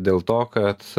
dėl to kad